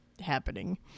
happening